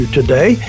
today